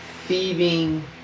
thieving